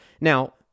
Now